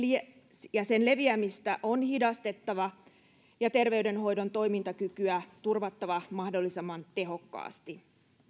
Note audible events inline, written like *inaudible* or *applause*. *unintelligible* ja ja sen leviämistä on hidastettava ja terveydenhoidon toimintakykyä turvattava mahdollisimman tehokkaasti